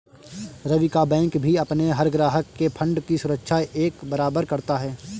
रवि का बैंक भी अपने हर ग्राहक के फण्ड की सुरक्षा एक बराबर करता है